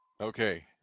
Okay